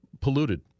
polluted